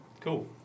Cool